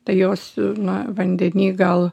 tai jos na vandeny gal